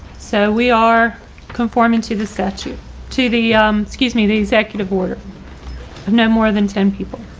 so we are conforming to the statute to the excuse me the executive order of no more than ten people.